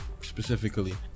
specifically